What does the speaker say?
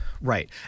Right